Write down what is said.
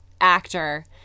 actor